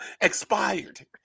Expired